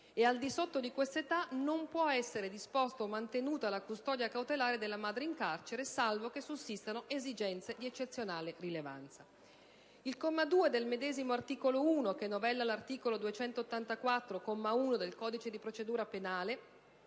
e, al di sotto di questa età, non può essere disposta o mantenuta la custodia cautelare della madre in carcere, salvo che sussistano esigenze cautelari di eccezionale rilevanza. Il comma 2 del medesimo articolo 1, che novella l'articolo 284, comma 1, del codice di procedura penale